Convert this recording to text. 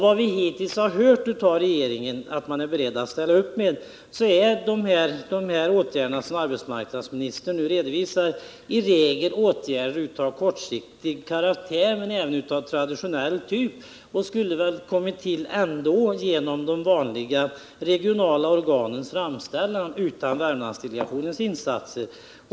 Vad vi hittills har hört att regeringen är beredd att ställa upp med är de åtgärder som arbetsmarknadsministern nu redovisar, och det är i regel åtgärder av kortsiktig karaktär men även av traditionell typ, som väl skulle ha kommit till ändå genom de vanliga regionala organens framställningar utan Värmlandsdelegationens insatser.